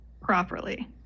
properly